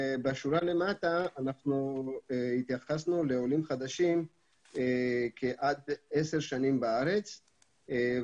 בשורה למטה התייחסנו לעולים חדשים שנמצאים בארץ עד עשר שנים וכמות